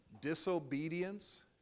Disobedience